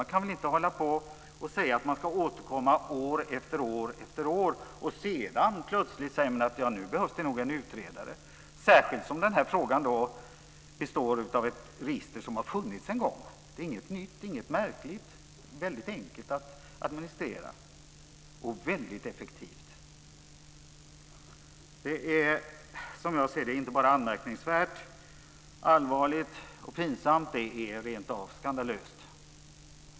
Man kan väl inte år efter år säga att man ska återkomma och sedan plötsligt säga att nu behövs det nog en utredare, särskilt då det har funnits ett register en gång. Det är inget nytt och inget märkligt. Det är väldigt enkelt att administrera och väldigt effektivt. Det här är, som jag ser det, inte bara anmärkningsvärt, allvarligt och pinsamt, det är rent av skandalöst.